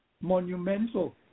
monumental